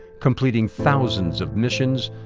completing thousands of missions,